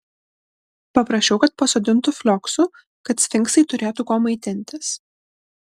paprašiau kad pasodintų flioksų kad sfinksai turėtų kuo maitintis